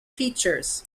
features